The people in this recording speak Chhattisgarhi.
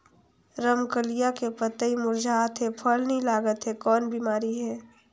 रमकलिया के पतई मुरझात हे फल नी लागत हे कौन बिमारी हे?